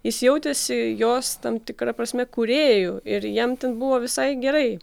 jis jautėsi jos tam tikra prasme kūrėju ir jam ten buvo visai gerai